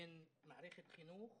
בין מערכת חינוך